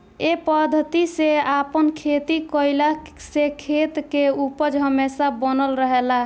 ए पद्धति से आपन खेती कईला से खेत के उपज हमेशा बनल रहेला